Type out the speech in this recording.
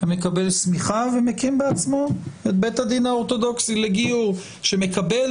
מקבל סמיכה ומקים בעצמו את בית הדין האורתודוקסי לגיור שמקבל